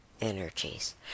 energies